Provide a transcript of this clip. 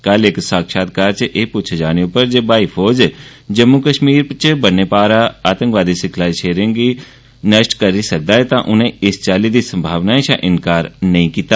कल इक साक्षारकार च एह् पुच्छे जाने उप्पर जे ब्हाई फौज जम्मू कश्मीर च बन्ने पार आतंकवादी सिखलाई शिविरें गी नष्ट करी सकदी ऐ तां उनें इस चाल्ली दी संभावनाएं शा इंकार नेईं कीता